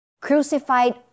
crucified